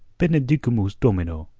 benedicamus domino,